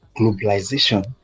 globalization